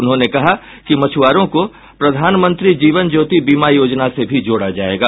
उन्होंने कहा कि मछ्आरों को प्रधानमंत्री जीवन ज्योति बीमा योजना से भी जोड़ा जायेगा